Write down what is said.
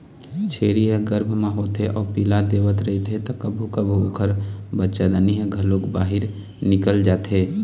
छेरी ह गरभ म होथे अउ पिला देवत रहिथे त कभू कभू ओखर बच्चादानी ह घलोक बाहिर निकल जाथे